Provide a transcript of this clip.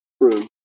room